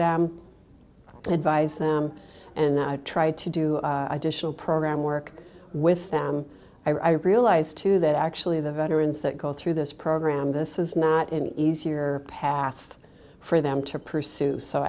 and advise them and try to do additional program work with them i realize too that actually the veterans that go through this program this is not an easier path for them to pursue so